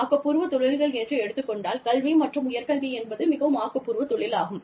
ஆக்கப்பூர்வ தொழில்கள் என்று எடுத்துக் கொண்டால் கல்வி மற்றும் உயர் கல்வி என்பது மிகவும் ஆக்கப்பூர்வ தொழில் ஆகும்